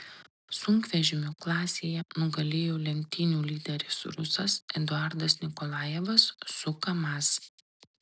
sunkvežimių klasėje nugalėjo lenktynių lyderis rusas eduardas nikolajevas su kamaz